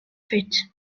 fit